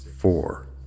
Four